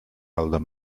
elder